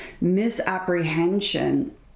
misapprehension